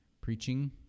preaching